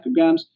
micrograms